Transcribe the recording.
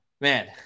man